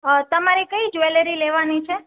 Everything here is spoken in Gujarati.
તમારે કઈ જ્વેલરી લેવાની છે